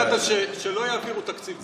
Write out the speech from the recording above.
ידעת שלא יעבירו תקציב בישראל?